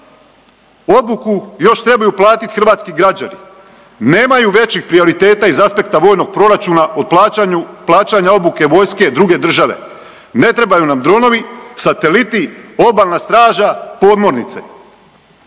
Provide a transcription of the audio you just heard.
Obuku još trebaju platit hrvatski građani, nemaju većih prioriteta iz aspekta vojnog proračuna od plaćanja obuke vojske druge države, ne trebaju nam dronovi, sateliti, obalna straža, podmornice.